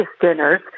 dinners